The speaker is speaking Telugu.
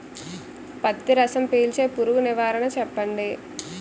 పత్తి రసం పీల్చే పురుగు నివారణ చెప్పండి?